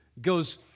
goes